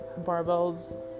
barbells